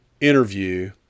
interview